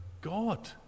God